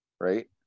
right